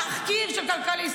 תחקיר של כלכליסט.